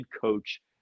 coach